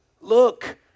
look